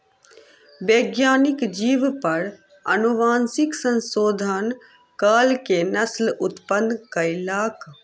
वैज्ञानिक जीव पर अनुवांशिक संशोधन कअ के नस्ल उत्पन्न कयलक